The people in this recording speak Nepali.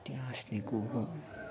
त्यहाँ हाँस्ने को हो